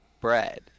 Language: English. bread